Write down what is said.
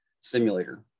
simulator